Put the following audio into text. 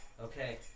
Okay